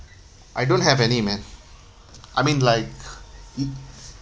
I don't have any man I mean like it